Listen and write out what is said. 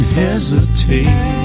hesitate